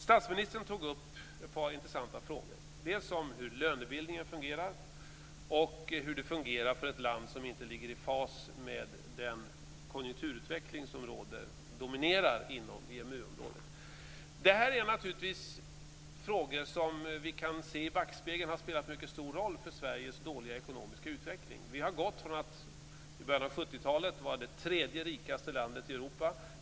Statsministern tog upp ett par intressanta frågor, dels om hur lönebildningen fungerar, dels hur det fungerar för ett land som inte är i fas med den konjunkturutveckling som dominerar inom EMU Detta är naturligtvis frågor som vi kan se i backspegeln har spelat mycket stor roll för Sveriges dåliga ekonomiska utveckling. I början av 70-talet var Sverige det tredje rikaste landet i Europa.